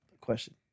question